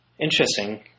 Interesting